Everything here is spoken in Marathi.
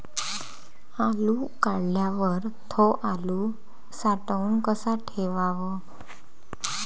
आलू काढल्यावर थो आलू साठवून कसा ठेवाव?